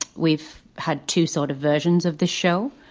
we've had two sort of versions of the show.